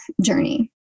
journey